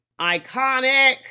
Iconic